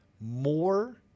more